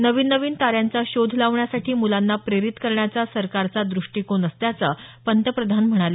नवीन नवीन ताऱ्यांचा शोध लावण्यासाठी मुलांना प्रेरित करण्याचा सरकारचा दृष्टीकोन असल्याचं पंतप्रधान म्हणाले